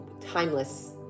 timeless